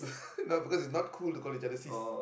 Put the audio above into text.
no because it's not cool to call each other sis